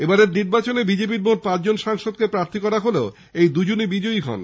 এবারের নির্বাচনে বিজেপি র মোট পাঁচজন সাংসদকে প্রার্থী করা হলেও এই দু জনই জয়ী হন